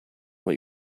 what